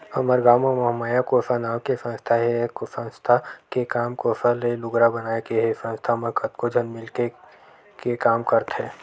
हमर गाँव म महामाया कोसा नांव के संस्था हे संस्था के काम कोसा ले लुगरा बनाए के हे संस्था म कतको झन मिलके के काम करथे